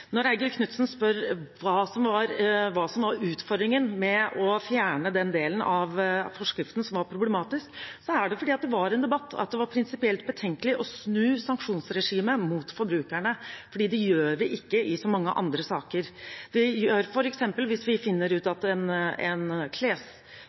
Når Eigil Knutsen spør hva utfordringen var med å fjerne den delen av forskriften som var problematisk, er det fordi det var en debatt at det var prinsipielt betenkelig å snu sanksjonsregimet mot forbrukerne, for det gjør vi ikke i så mange andre saker. Hvis vi f.eks. finner ut